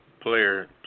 Player